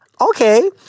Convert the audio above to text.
Okay